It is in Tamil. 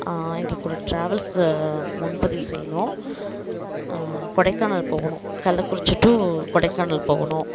எங்களுக்கு உங்க டிராவல்ஸில் முன்பதிவு செய்யணும் கொடைக்கானல் போகணும் கள்ளக்குறிச்சி டூ கொடைக்கானல் போகணும்